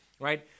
right